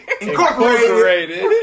Incorporated